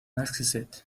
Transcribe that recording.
exquisite